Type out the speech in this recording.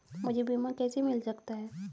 मुझे बीमा कैसे मिल सकता है?